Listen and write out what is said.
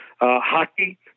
Hockey